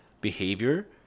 behavior